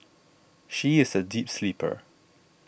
she is a deep sleeper